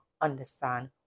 understand